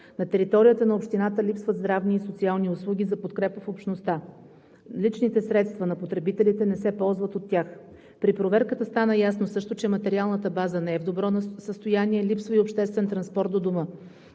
На територията на общината липсват здравни и социални услуги за подкрепа в общността. Личните средства на потребителите не се ползват от тях. При проверката стана ясно също, че материалната база не е в добро състояние, липсва и обществен транспорт до Дома.